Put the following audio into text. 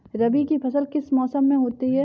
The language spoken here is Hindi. रबी की फसल किस मौसम में होती है?